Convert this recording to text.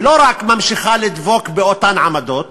ולא רק ממשיכה לדבוק באותן עמדות,